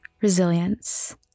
resilience